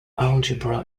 algebra